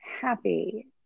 happy